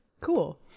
cool